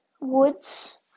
woods